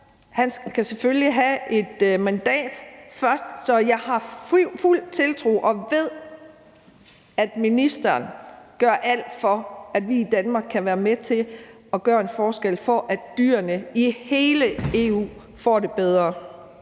han skal selvfølgelig have et mandat først. Så jeg har fuld tiltro til det og ved, at ministeren gør alt, for at vi i Danmark kan være med til at gøre en forskel, for at dyrene i hele EU får det bedre.